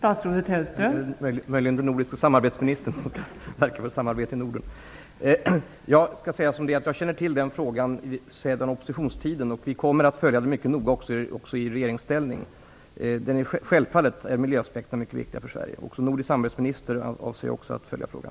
Fru talman! Jag känner till den här frågan sedan oppositionstiden, och vi kommer att följa den mycket noga också i regeringsställning. Självfallet är miljöaspekterna mycket viktiga för Sverige. Som nordisk samarbetsminister avser jag också att följa frågan.